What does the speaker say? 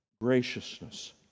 graciousness